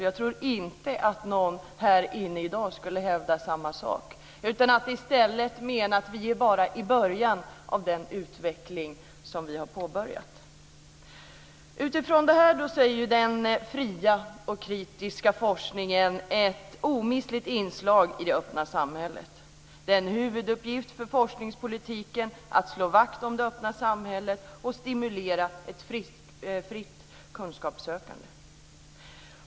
Jag tror inte att någon här inne i dag skulle hävda samma sak, utan i stället mena att vi bara är i början av den utveckling som vi har påbörjat. Utifrån detta är den fria och kritiska forskningen ett omistligt inslag i det öppna samhället. Det är en huvuduppgift för forskningspolitiken att slå vakt om det öppna samhället och stimulera ett fritt kunskapssökande.